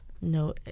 No